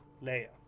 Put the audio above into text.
layer